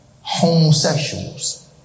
homosexuals